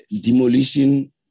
demolition